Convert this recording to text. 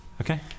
Okay